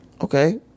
Okay